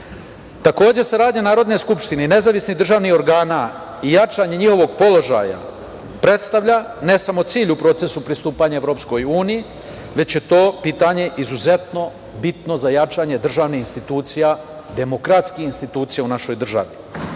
saradnja Narodne skupštine i nezavisnih državnih organa i jačanje njihovog položaja predstavlja ne samo cilj u procesu pristupanja EU, već je to pitanje izuzetno bitno za jačanje državnih institucija, demokratskih institucija u našoj državi.